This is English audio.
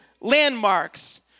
landmarks